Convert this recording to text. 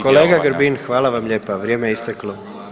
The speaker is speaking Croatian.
Kolega Grbin, hvala vam lijepa, vrijeme je isteklo.